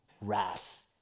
wrath